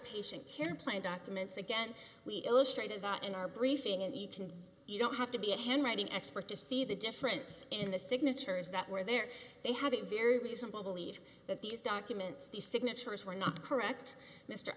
patient care plan documents again we illustrated that in our briefing and you can you don't have to be a handwriting expert to see the difference in the signatures that were there they had a very reasonable believe that these documents these signatures were not correct mr